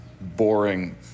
boring